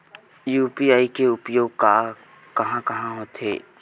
UPI के उपयोग कहां कहा होथे?